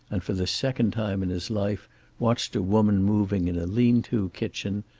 and for the second time in his life watched a woman moving in a lean-to kitchen,